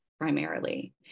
primarily